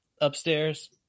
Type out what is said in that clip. upstairs